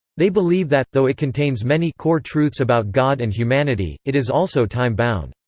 they believe that, though it contains many core-truths about god and humanity, it is also time bound.